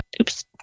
Oops